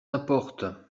importe